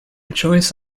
choice